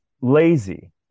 lazy